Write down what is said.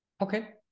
Okay